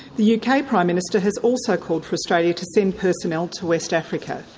the uk ah prime minister has also called for australia to send personnel to west africa.